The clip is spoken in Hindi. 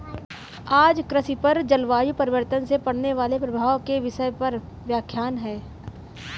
आज कृषि पर जलवायु परिवर्तन से पड़ने वाले प्रभाव के विषय पर व्याख्यान है